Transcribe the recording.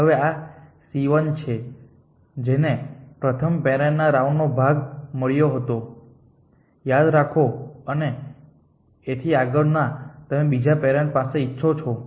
હવે આ c 1 છે જેને પ્રથમ પેરેન્ટ ના રાઉન્ડનો ભાગ મળ્યો હતોયાદ રાખો અને એથી આગળ ના તમે બીજા પેરેન્ટ પાસેથી ઇચ્છો છો